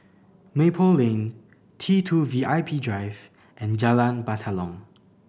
Maple Lane T Two V I P Drive and Jalan Batalong